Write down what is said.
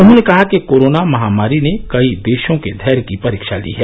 उन्होंने कहा कि कोरोना महामारी ने कई देशों के धैर्य की परीक्षा ली है